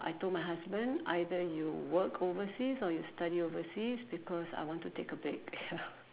I told my husband either you work overseas or you study overseas because I want to take a break ya